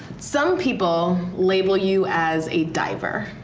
some people label you as a diver.